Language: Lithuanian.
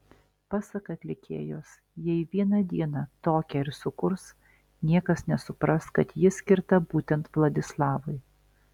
pasak atlikėjos jei vieną dieną tokią ir sukurs niekas nesupras kad ji skirta būtent vladislavui